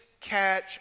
catch